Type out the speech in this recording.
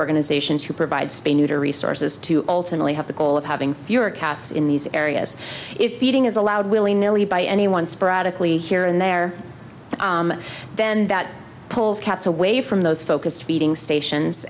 organizations who provide spay neuter resources to ultimately have the goal of having fewer cats in these areas if eating is allowed willy nilly by anyone sporadically here and there then that pull kept away from those focused feeding stations